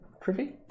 privy